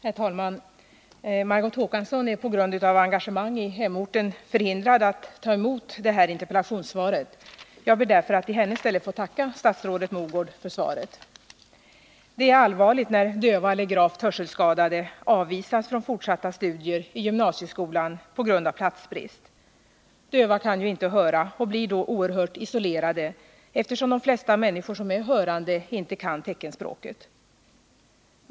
Herr talman! Margot Håkansson är på grund av engagemang i hemorten förhindrad att ta emot interpellationssvaret. Jag ber därför att i hennes ställe få tacka statsrådet Mogård för svaret. Det är allvarligt när döva eller gravt hörselskadade avvisas från fortsatta studier i gymnasieskolan på grund av platsbrist. Döva kan ju inte höra, och de blir oerhört isolerade, eftersom de flesta människor som är hörande inte kan teckenspråket.